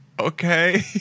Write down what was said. Okay